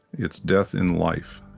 it's death in life.